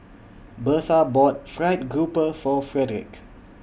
Bertha bought Fried Grouper For Frederick